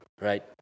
Right